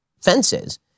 fences